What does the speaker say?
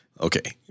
Okay